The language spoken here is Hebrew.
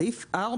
סעיף 4,